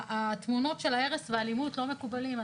התמונות של ההרס והאלימות לא מקובלות.